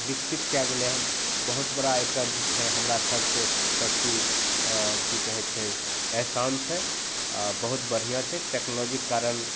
विकसित कै गेलै हँ बहुत बड़ा आइ कर्ज छै हमरासभके प्रति कि कहै छै एहसान छै अऽ बहुत बढ़िआँ छै टेक्नोलॉजीके कारण